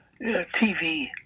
TV